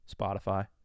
Spotify